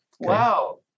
Wow